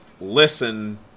Listen